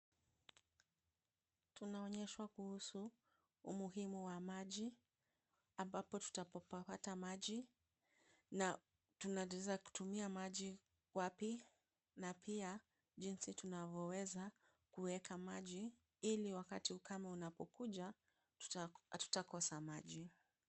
Tunaonyeshwa kuhusu umuhimu wa maji, ambapo tutakapopata maji na tunaweza kutumia maji wapi na pia jinsi tunavyoweza kuweka maji ili wakati ukame unapokuja, hatutakosa maji.